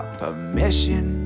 permission